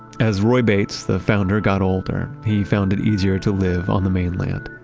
as roy bates, the founder, got older, he found it easier to live on the mainland.